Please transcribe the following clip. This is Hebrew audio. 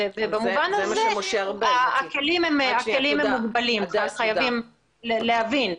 במובן הזה הכלים הם מוגבלים, חייבים להבין.